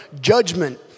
judgment